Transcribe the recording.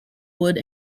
wood